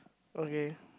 okay